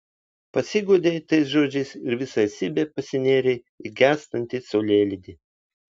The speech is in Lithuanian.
pasiguodei tais žodžiais ir visa esybe pasinėrei į gęstantį saulėlydį